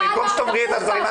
במקום שתאמרי את הדברים,